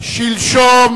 שלשום